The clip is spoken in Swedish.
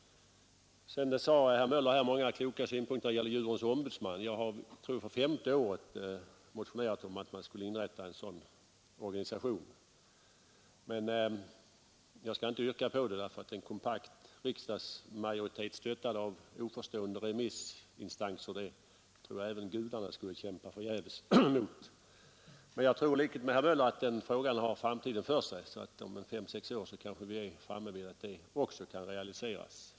Herr Möller i Göteborg hade många kloka synpunkter på frågan om en djurens ombudsman. Jag har för jag tror femte året motionerat om att en sådan organisation skall inrättas. Men jag skall inte yrka på det; en kompakt riksdagsmajoritet stödd av oförstående remissinstanser tror jag att även gudarna kämpar förgäves mot. I likhet med herr Möller tror jag dock att den frågan har framtiden för sig, och om fem sex år kanske vi är framme vid att det önskemålet kan realiseras.